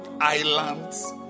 Islands